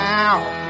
Now